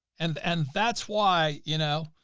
and, and that's why, you know,